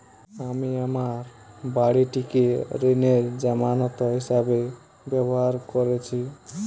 আমি আমার বাড়িটিকে ঋণের জামানত হিসাবে ব্যবহার করেছি